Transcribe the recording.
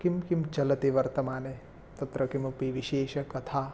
किं किं चलति वर्तमाने तत्र किमपि विशेषा कथा